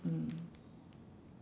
hmm